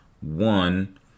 One